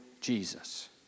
Jesus